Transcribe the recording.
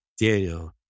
Daniel